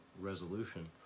resolution